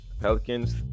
Pelicans